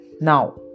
Now